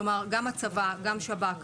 כלומר, גם צבא, גם שב"כ,